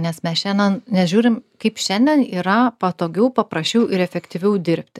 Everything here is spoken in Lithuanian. nes mes šiandien nežiūrim kaip šiandien yra patogiau paprasčiau ir efektyviau dirbti